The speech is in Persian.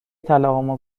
طلاهامو